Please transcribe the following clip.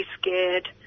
scared